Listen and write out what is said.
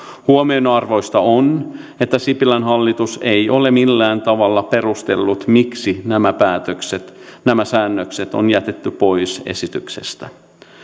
huomionarvoista on että sipilän hallitus ei ole millään tavalla perustellut miksi nämä päätökset nämä säännökset on jätetty pois esityksestä